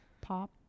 pop